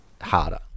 harder